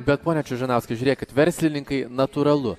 bet pone čiužanauskai žiūrėkit verslininkai natūralu